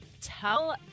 tell